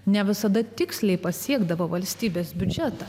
ne visada tiksliai pasiekdavo valstybės biudžetą